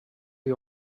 the